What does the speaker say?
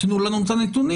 תנו לנו את הנתונים.